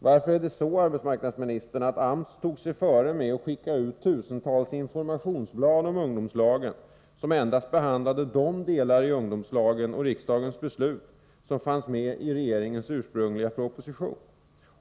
Varför är det så, arbetsmarknadsministern, att AMS tog sig före att skicka ut tusentals informationsblad om ungdomslagen som endast behandlade de delar i ungdomslagen och riksdagens beslut som fanns med i regeringens ursprungliga proposition?